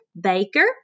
Baker